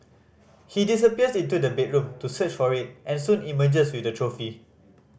he disappears into the bedroom to search for it and soon emerges with the trophy